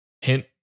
Hint